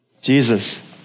Jesus